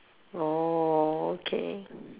orh okay